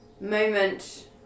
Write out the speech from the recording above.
moment